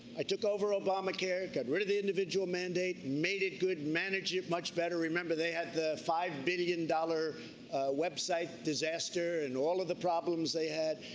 i took over obamacare, got rid of the individual mandate, made it good, managed it much better, remember, they had the five billion dollars website disaster and all of the problems they had.